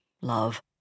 love